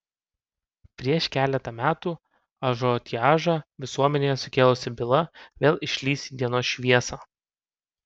prieš keletą metų ažiotažą visuomenėje sukėlusi byla vėl išlįs į dienos šviesą